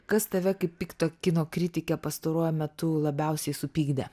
kas tave kaip pikto kino kritikę pastaruoju metu labiausiai supykdė